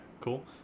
cool